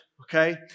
Okay